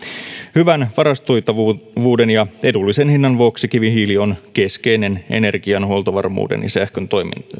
hyvän varastoitavuuden ja edullisen hinnan vuoksi kivihiili on keskeinen energianhuoltovarmuuden ja sähkön